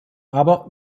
aber